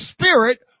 spirit